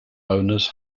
owners